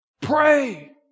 Pray